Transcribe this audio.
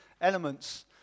elements